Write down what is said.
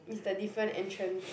is the different entrance